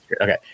Okay